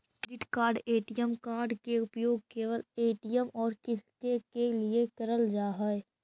Credit card ATM card के उपयोग केवल ए.टी.एम और किसके के लिए करल जा है?